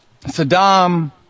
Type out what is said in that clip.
Saddam